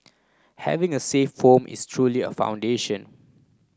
having a safe form is truly a foundation